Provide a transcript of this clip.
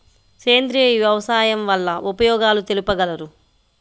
సేంద్రియ వ్యవసాయం వల్ల ఉపయోగాలు తెలుపగలరు?